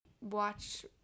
watch